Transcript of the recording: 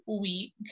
week